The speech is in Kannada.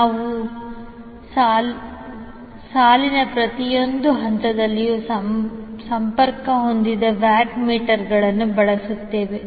ನಾವು ಸಾಲಿನ ಪ್ರತಿಯೊಂದು ಹಂತದಲ್ಲೂ ಸಂಪರ್ಕ ಹೊಂದಿದ ವ್ಯಾಟ್ ಮೀಟರ್ಗಳನ್ನು ಬಳಸುತ್ತೇವೆ